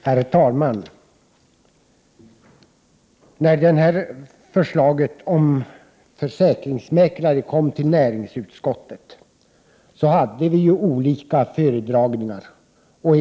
Herr talman! När förslaget om försäkringsmäklare kom till näringsutskottet fick vi ta del av olika föredragningar.